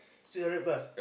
six hundred plus